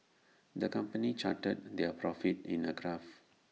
the company charted their profits in A graph